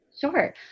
Sure